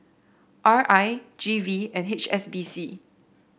R I G V and H S B C